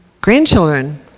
grandchildren